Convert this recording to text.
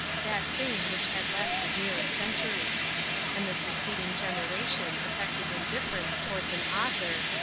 that fame which had lasted near a century and the succeeding generation affected indifference towards an author,